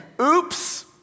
oops